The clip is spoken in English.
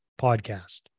Podcast